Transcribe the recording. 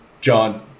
John